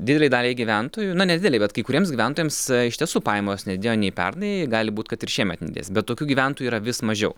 ir didelei daliai gyventojų na nedidelei bet kai kuriems gyventojams iš tiesų pajamos nedidėjo nei pernai gali būt kad ir šiemet ndės bet tokių gyventojų yra vis mažiau